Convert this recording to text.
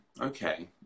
okay